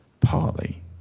partly